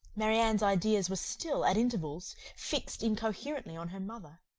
marianne's ideas were still, at intervals, fixed incoherently on her mother,